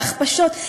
בהכפשות.